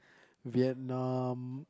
Vietnam